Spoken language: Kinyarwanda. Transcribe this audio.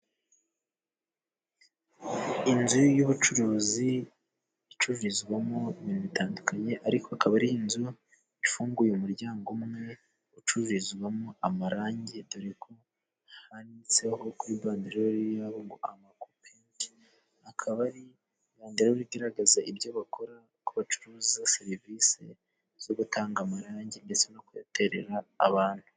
Inzu y'ubucuruzi icururizwamo ibintu bitandukanye ,ariko akaba ari inzu ifunguye umuryango umwe ,ucururizwamo amarangi, dore ko handitseho kuri banderoli yabo ngo amakopenti ,akaba ari banderoli igaragaza ibyo bakora, ko bacuruza serivisi zo gutanga amarangi, ndetse no kuyaterera abantu.